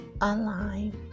alive